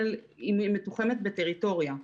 היא מתוחמת בטריטוריה.